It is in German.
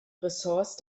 ressource